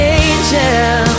angel